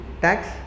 tax